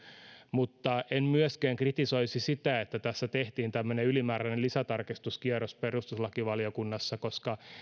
mutta en myöskään kritisoisi sitä että tässä tehtiin tämmöinen ylimääräinen lisätarkistuskierros perustuslakivaliokunnassa koska jos